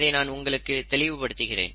அதை நான் உங்களுக்கு தெளிவுபடுத்துகிறேன்